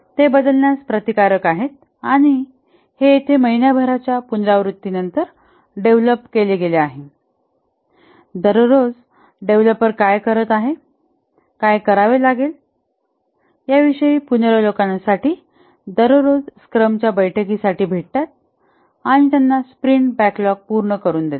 ते बदलण्यास प्रतिकारक आहे आणि हे येथे महिन्याभराच्या पुनरावृत्तीनंतर डेव्हलप केले गेले आहे आणि दररोज डेव्हलपर काय करत आहे काय करावे लागेल याविषयी पुनरावलोकनासाठी दररोज स्क्रमच्या बैठकीसाठी भेटतात आणि त्यांना स्प्रिंट बॅकलॉग पूर्ण करून देतात